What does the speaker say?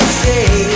say